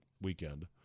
weekend